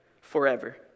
forever